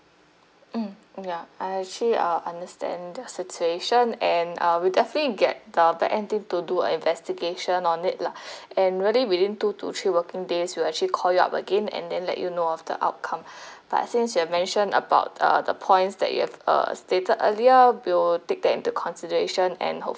mm ya I actually ah understand the situation and uh we'll definitely get the back end team to do an investigation on it lah and really within two to three working days we'll actually call you up again and then let you know of the outcome but since you've mentioned about uh the points that you've uh stated earlier we'll take that into consideration and